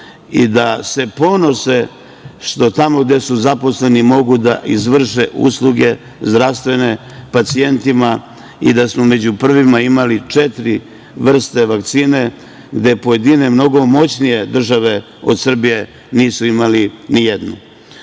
i da se ponose što tamo gde su zaposleni mogu da izvrše zdravstvene usluge pacijentima i da smo među prvima imali četiri vrste vakcine, gde pojedine, mnogo moćnije države od Srbije nisu imale nijednu. Ne